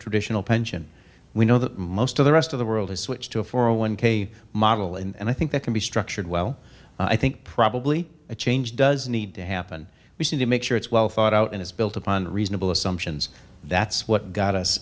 traditional pension we know that most of the rest of the world has switched to a four a one k model and i think that can be structured well i think probably a change does need to happen we see to make sure it's well thought out and it's built upon reasonable assumptions that's what got us